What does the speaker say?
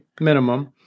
minimum